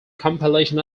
compilation